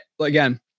again